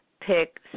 Pick